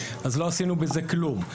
אז לא עשינו בזה כלום,